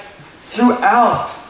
Throughout